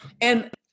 And-